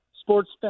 sports